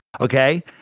Okay